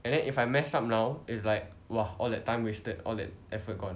and then if I mess up now is like !wah! all that time wasted all that effort gone